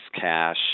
cash